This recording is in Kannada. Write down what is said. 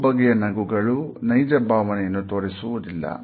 ಕೆಲವು ಬಗೆಯ ನಗು ಗಳು ನೈಜ ಭಾವನೆಯನ್ನು ತೋರಿಸುವುದಿಲ್ಲ